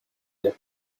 their